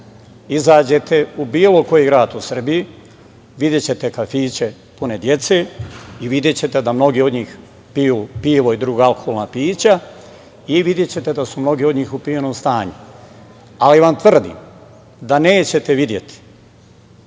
izađete u bilo koji grad u Srbiji, videćete kafiće pune dece i videćete da mnogi od njih piju pivo i druga alkoholna pića i videćete da su mnogi od njih u pijanom stanju. Ali vam tvrdim da nećete videti